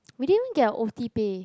we didn't get O_T paid